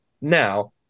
now